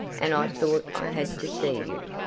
and i thought i had to see you.